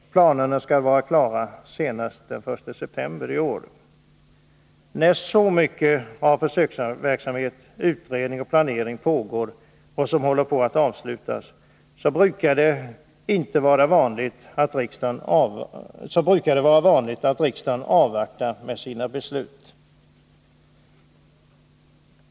Planerna skall vara klara senast den 1 september i år. När så mycket av försöksverksamhet, utredning och planering pågår och håller på att avslutas brukar det vara vanligt att riksdagen avvaktar med sina beslut.